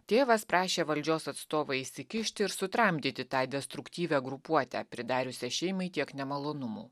tėvas prašė valdžios atstovą įsikišti ir sutramdyti tą destruktyvią grupuotę pridariusią šeimai tiek nemalonumų